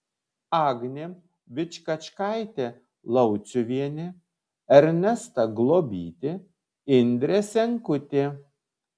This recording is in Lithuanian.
agnė vičkačkaitė lauciuvienė ernesta globytė indrė senkutė